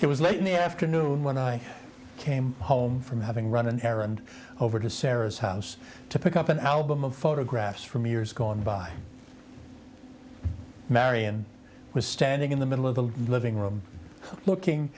it was late in the afternoon when i came home from having run an errand over to sarah's house to pick up an album of photographs from years gone by marian was standing in the middle of the living room looking